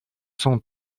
son